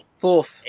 fourth